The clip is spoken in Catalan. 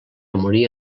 morir